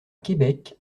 québec